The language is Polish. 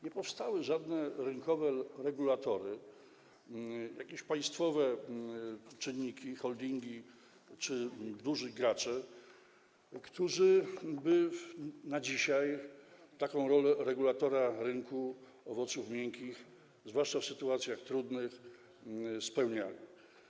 Nie powstały żadne rynkowe regulatory, jakieś państwowe czynniki, holdingi czy duzi gracze, którzy by dzisiaj taką funkcję regulatora rynku owoców miękkich, zwłaszcza w sytuacjach trudnych, spełniali.